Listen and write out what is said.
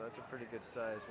that's a pretty good size